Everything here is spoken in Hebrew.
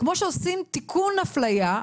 כמו שעושים תיקון אפליה.